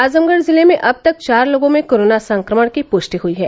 आजमगढ़ जिले में अब तक चार लोगों में कोरोना संक्रमण की पुष्टि हुई है